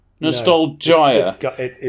Nostalgia